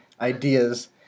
ideas